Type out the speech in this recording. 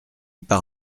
par